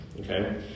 okay